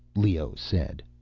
leoh said.